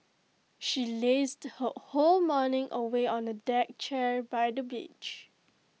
she lazed her whole morning away on A deck chair by the beach